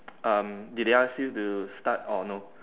um did they ask you to start or no